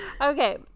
Okay